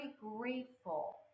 grateful